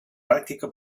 pràctica